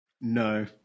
No